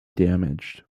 damaged